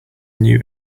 new